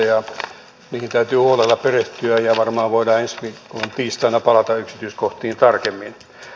niihin täytyy huolella perehtyä ja varmaan voidaan ensi viikon tiistaina palata yksityiskohtiin tarkemmin